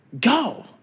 Go